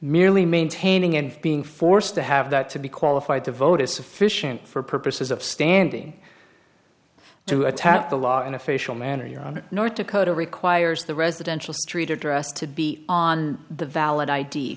merely maintaining and being forced to have that to be qualified to vote is sufficient for purposes of standing to attack the law in official manner here on north dakota requires the residential street address to be on the valid i